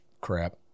crap